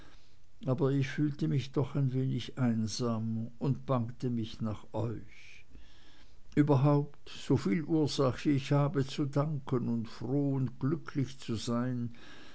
aber ich fühlte mich doch ein wenig einsam und bangte mich nach euch überhaupt soviel ursache ich habe zu danken und froh und glücklich zu sein